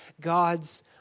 God's